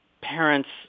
parents